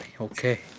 okay